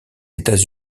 états